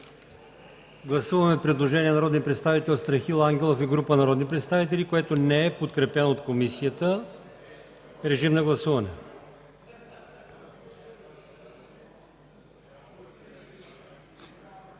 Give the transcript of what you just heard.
Гласуваме предложението на народния представител Страхил Ангелов и група народни представители, което не е подкрепено от комисията. Гласували